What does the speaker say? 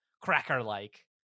cracker-like